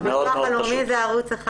הביטוח הלאומי הוא ערוץ אחד.